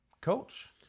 coach